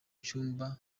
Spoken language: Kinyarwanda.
cyumba